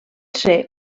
ser